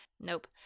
Nope